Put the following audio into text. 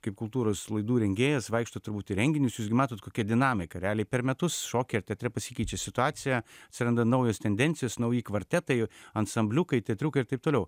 kaip kultūros laidų rengėjas vaikštot turbūt į renginius jūs matot kokia dinamika realiai per metus šokio teatre pasikeičia situacija atsiranda naujos tendencijos nauji kvartetai ansambliukai teatriukai ir taip toliau